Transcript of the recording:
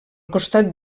costat